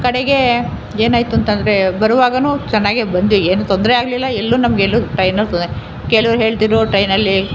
ಕಡೆಗೆ ಏನಾಯಿತು ಅಂತ ಅಂದ್ರೆ ಬರುವಾಗಲೂ ಚೆನ್ನಾಗೆ ಬಂದ್ವಿ ಏನು ತೊಂದರೆ ಆಗಲಿಲ್ಲ ಎಲ್ಲೂ ನಮಗೆ ಎಲ್ಲೂ ಟೈನು ಹೋಗ್ತದೆ ಕೆಲ್ವು ಹೇಳ್ತಿದ್ದರು ಟ್ರೈನಲ್ಲಿ